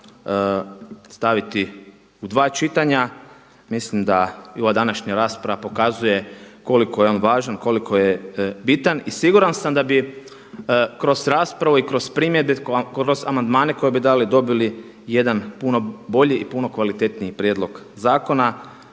sabora staviti u dva čitanja. Mislim da i ova današnja rasprava pokazuje koliko je on važan, koliko je bitan i siguran sam da bi kroz raspravu i kroz primjedbe, kroz amandmane koje bi dali i dobili jedan puno bolji i puno kvalitetniji prijedlog zakona.